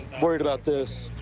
worried about this.